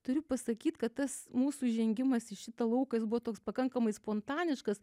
turiu pasakyt kad tas mūsų žengimas į šitą lauką jis buvo toks pakankamai spontaniškas